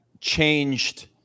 changed